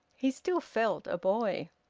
he still felt a boy.